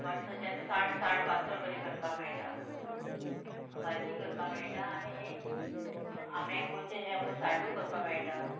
पणसाचें आनी साड साड पातळ बरें करपाक मेळटा भाजी करपा मेळटा आनी हें मॅंगोचें हें आमकां साडू करपाक मेळटा